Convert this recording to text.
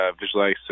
visualize